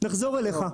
נחזור אליך.